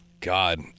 God